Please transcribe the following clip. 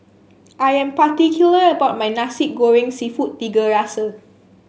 I am particular about my Nasi Goreng seafood Tiga Rasa